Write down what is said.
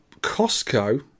Costco